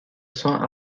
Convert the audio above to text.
cents